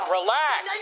Relax